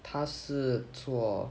他是做